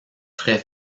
très